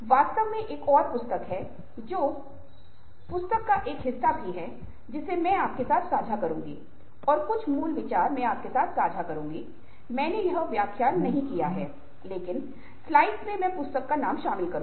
वास्तव में एक और पुस्तक है जो पुस्तक का एक हिस्सा है जिसे मैं आपके साथ साझा करूंगा और कुछ मूल विचार मैं आपके साथ साझा करूंगा मैंने यह व्याख्यान नहीं किया है लेकिन स्लाइड्स में मैं पुस्तक का नाम शामिल करूंगा